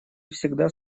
всегда